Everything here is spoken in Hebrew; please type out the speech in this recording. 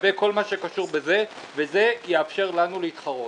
לגבי מה שקשור בזה, וזה יאפשר לנו להתחרות.